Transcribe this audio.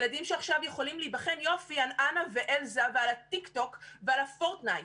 ילדים שעכשיו יכולים להיבחן יופי על אלזה ואנה ועל טיקטוק ועל פורטנייט.